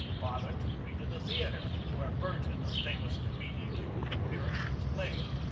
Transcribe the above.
father took me to the theatre, where burton, a famous comedian of the period, was playing.